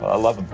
i love them,